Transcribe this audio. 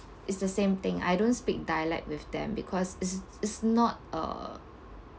it's the same thing I don't speak dialect with them because it's it's not uh